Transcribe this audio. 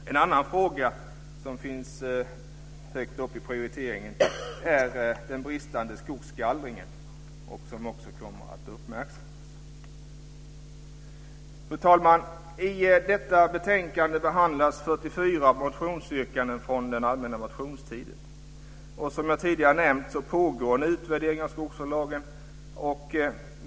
En annan fråga som prioriteras är den bristande skogsgallringen. Den kommer också att uppmärksammas. Fru talman! I betänkandet behandlas 44 motionsyrkanden från den allmänna motionstiden. Som jag tidigare har nämnt pågår en utvärdering av skogsvårdslagen.